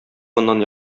моннан